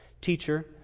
Teacher